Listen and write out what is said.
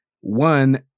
one